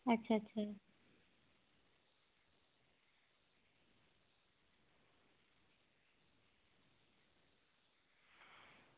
अच्छा अच्छा